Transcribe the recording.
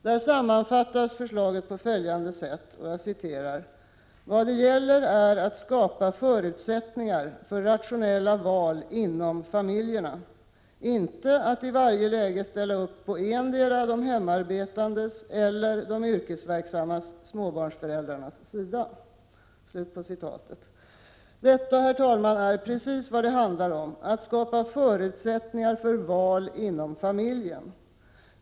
Där sammanfattas förslaget på följande sätt: ”Vad det gäller är att skapa förutsättningar för rationella val inom familjerna, inte att i varje läge ställa upp på en endera de hemarbetandes eller de yrkesverksamma småbarnsföräldrarnas sida.” Detta, herr talman, är precis vad det handlar om — att skapa förutsättningar för val inom familjen.